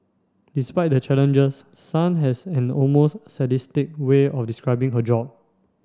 despite the challenges Sun has an almost sadistic way of describing her job